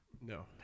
No